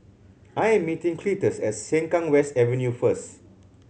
I am meeting Cletus at Sengkang West Avenue first